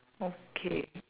okay